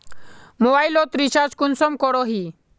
Mobile लोत recharge कुंसम करोही?